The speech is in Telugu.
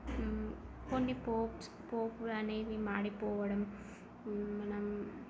కొన్ని పోప్స్ పోపులనేవి మాడిపోవడం మనం